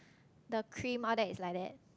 the cream all that is like that